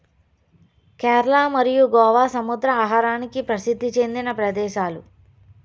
కేరళ మరియు గోవా సముద్ర ఆహారానికి ప్రసిద్ది చెందిన ప్రదేశాలు